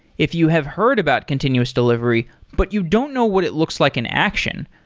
if you have heard about continuous delivery but you don't know what it looks like in action,